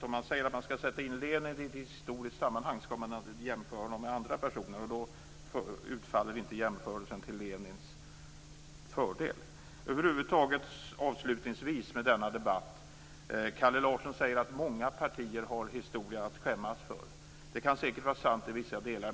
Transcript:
Om man säger att man skall sätta in Lenin i ett historiskt sammanhang skall man naturligtvis jämföra honom med andra personer, och då utfaller inte jämförelsen till Lenins fördel. Avslutningsvis i denna debatt säger Kalle Larsson att många partier har historia att skämmas för, och det kan säkert vara sant i vissa delar.